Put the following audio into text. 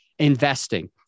Investing